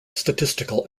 statistical